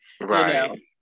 right